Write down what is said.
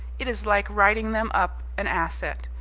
it is like writing them up an asset.